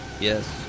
Yes